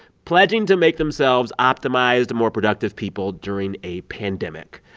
pledging to make themselves optimized, more productive people during a pandemic.